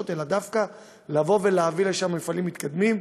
אלא דווקא להביא לשם מפעלים מתקדמים.